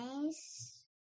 nice